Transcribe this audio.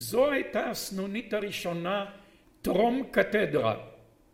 זו הייתה הסנונית הראשונה, טרום קתדרה.